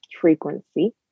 Frequency